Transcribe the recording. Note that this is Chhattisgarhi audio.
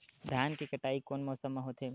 धान के कटाई कोन मौसम मा होथे?